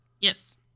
Yes